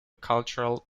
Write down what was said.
cultural